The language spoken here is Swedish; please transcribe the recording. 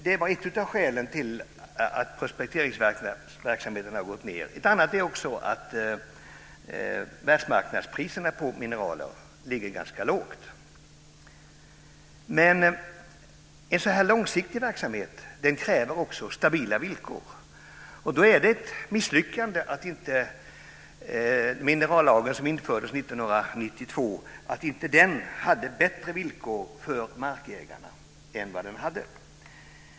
Det var ett av skälen till att prospekteringsverksamheten gått ned. Ett annat skäl är att världsmarknadspriserna på mineraler ligger ganska lågt. En sådan här långsiktig verksamhet kräver stabila villkor. Då är det ett misslyckande att inte den minerallag som infördes 1992 hade bättre villkor för markägarna.